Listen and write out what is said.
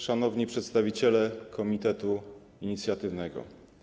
Szanowni Przedstawiciele Komitetu Inicjatywnego!